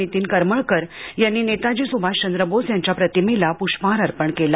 नितीन करमळकर यांनी नेताजी सुभाषचंद्र बोस यांच्या प्रतिमेला प्ष्पहार अर्पण केला